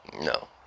no